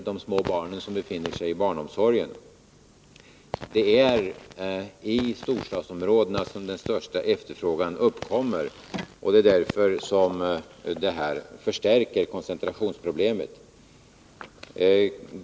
Det är i storstadsområdena som den största efterfrågan uppkommer, och det är därför som detta förstärker koncentrationsproblemet.